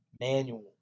Manual